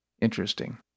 Interesting